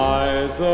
eyes